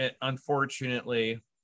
Unfortunately